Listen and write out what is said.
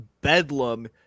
bedlam